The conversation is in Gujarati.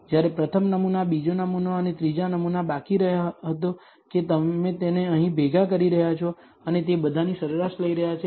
જ્યારે પ્રથમ નમૂના બીજો નમૂના અને ત્રીજો નમૂના બાકી રહ્યો હતો કે તમે તેને અહીં ભેગા કરી રહ્યાં છો અને તે બધાની સરેરાશ લઈ રહ્યા છો